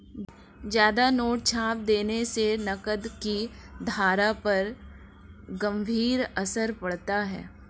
ज्यादा नोट छाप देने से नकद की धारा पर गंभीर असर पड़ता है